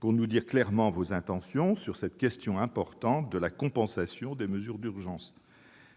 pour nous dire clairement vos intentions sur cette question importante de la compensation des mesures d'urgence.